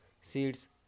seeds